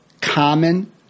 common